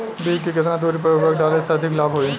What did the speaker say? बीज के केतना दूरी पर उर्वरक डाले से अधिक लाभ होई?